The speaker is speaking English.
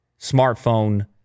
smartphone